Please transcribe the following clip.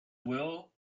will